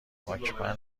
واکمن